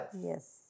Yes